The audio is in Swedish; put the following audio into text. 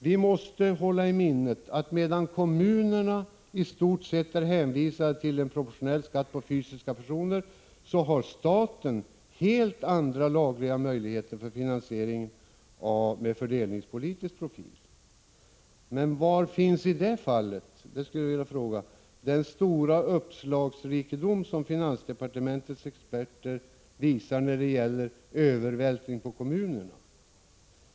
Vi måste ha i minnet att medan kommunerna i stort sett är hänvisade till en proportionell skatt på fysiska personer, har staten helt andra lagliga möjligheter för finansiering med fördelningspolitisk profil. Men var finns i det fallet — det skulle jag vilja fråga — den stora uppslagsrikedom som finansdepartementets experter visar när det gäller övervältring på kommunerna?